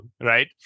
right